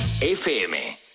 FM